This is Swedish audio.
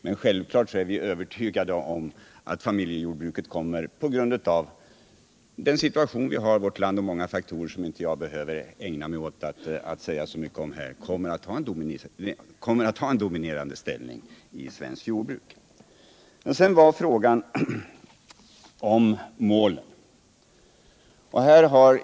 Men självklart är vi övertygade om att familjejordbruken på grund av situationen i vårt land och många faktorer, som jag inte behöver ägna mig åt att säga så mycket om, kommer att ha en dominerande ställning i svenskt jordbruk. Sedan var det fråga om målen.